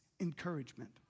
encouragement